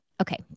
Okay